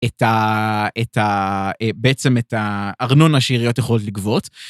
בעצם את הארנונה שעיריות יכולת לגבות.